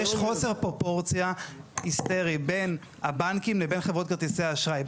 --- יש חוסר פרופורציה היסטרי בין הבנקים לבין חברות כרטיסי האשראי.